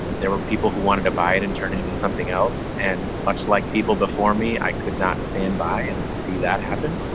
there were people who wanted to buy it and turn it into something else. and much like people before me, i could not stand by and see that happen.